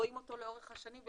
רואים אותו לאורך השנים,